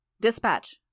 Dispatch